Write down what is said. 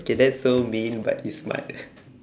okay that's so mean but it's smart